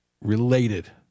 related